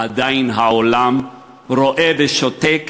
עדיין העולם רואה ושותק,